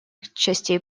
частей